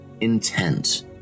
intent